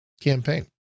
campaign